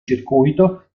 circuito